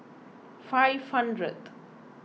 five hundred